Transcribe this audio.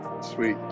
Sweet